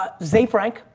ah zay frank.